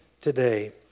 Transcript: today